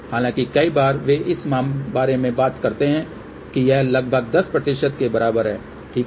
हालांकि कई बार वे इस बारे में बात करते हैं कि यह लगभग 10 के बराबर है ठीक है